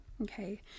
Okay